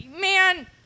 Man